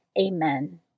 Amen